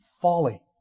folly